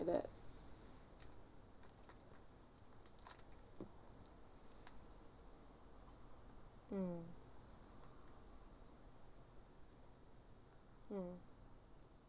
that mm mm